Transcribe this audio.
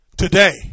Today